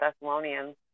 Thessalonians